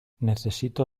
necesito